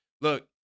Look